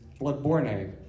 Bloodborne